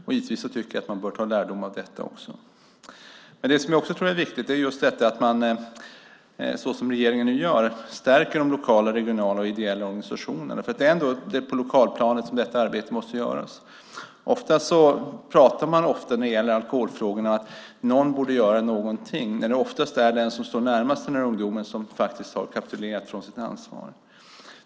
Jag tycker givetvis att man bör ta lärdom också av detta. Men det som jag också tror är viktigt är just detta att man, som regeringen nu gör, stärker de lokala och regionala och ideella organisationerna. Det är ändå på lokalplanet som detta arbete måste göras. Man säger ofta när det gäller alkoholfrågorna: Någon borde göra någonting. Oftast är det den som står närmast den här ungdomen som faktiskt har kapitulerat inför sitt ansvar.